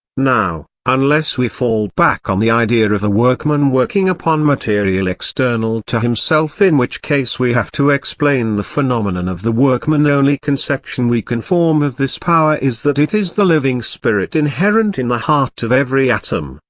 now, unless we fall back on the idea of a workman working upon material external to himself in which case we have to explain the phenomenon of the workman the only conception we can form of this power is that it is the living spirit inherent in the heart of every atom,